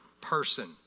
person